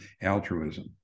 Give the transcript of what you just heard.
altruism